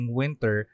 winter